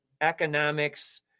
economics